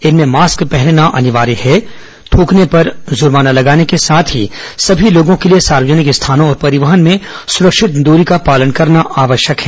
इनमें मास्क पहनना अनिवार्य है थ्रकने पर जूर्माना लगाने के साथ ही सभी लोगों के लिये सार्वजनिक स्थानों और परिवहन में सुरक्षित दूरी का पालन करना आवश्यक है